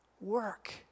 work